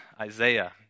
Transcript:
Isaiah